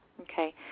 Okay